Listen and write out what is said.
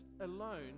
alone